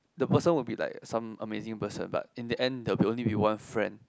the person will be like some amazing person but in the end there will be only be one friend